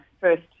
first